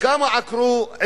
כמה עצים עקרו,